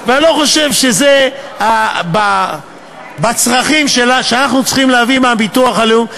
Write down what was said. ואני לא חושב שבצרכים שאנחנו צריכים להביא מהביטוח הלאומי,